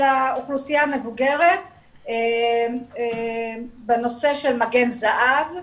אצל האוכלוסייה המבוגרת בנושא של מגן זהב,